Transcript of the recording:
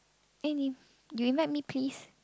eh 你 you invite me please